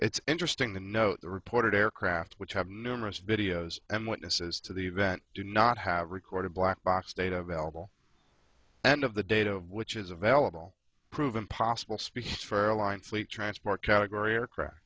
it's interesting to note the reported aircraft which have numerous videos and witnesses to the event do not have a record of black box data available and of the data which is available prove impossible speaks for airline fleet transport category aircraft